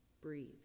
Breathe